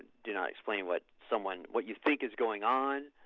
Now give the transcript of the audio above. do not explain what someone what you think is going on.